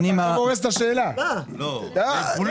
תשובה.